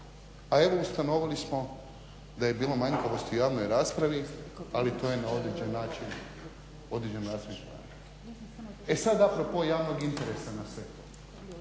a evo ustanovili smo da je bilo manjkavosti u javnoj raspravi, ali to je na određen način. E sad a propos javnog interesa na sve to.